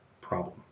problem